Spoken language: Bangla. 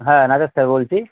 হ্যাঁ নাচের স্যার বলছি